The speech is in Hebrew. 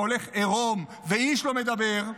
שהולך עירום ואיש לא מדבר,